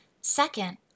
Second